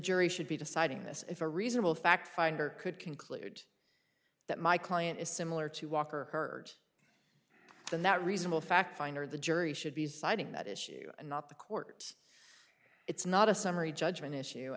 jury should be deciding this if a reasonable fact finder could conclude that my client is similar to walk or hurt than that reasonable fact finder the jury should be citing that issue not the court it's not a summary judgment issue